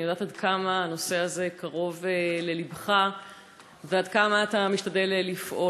אני יודעת עד כמה הנושא הזה קרוב ללבך ועד כמה אתה משתדל לפעול.